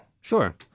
Sure